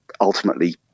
ultimately